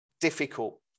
difficult